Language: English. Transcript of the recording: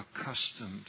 accustomed